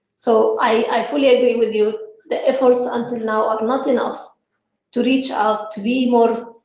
so i fully agree with you. the efforts until now are not enough to reach out, to be more